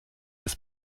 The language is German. des